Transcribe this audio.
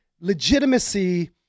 legitimacy